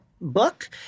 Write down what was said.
book